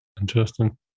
Interesting